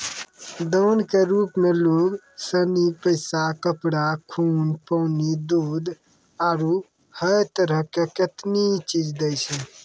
दान के रुप मे लोग सनी पैसा, कपड़ा, खून, पानी, दूध, आरु है तरह के कतेनी चीज दैय छै